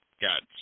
Got